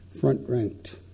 front-ranked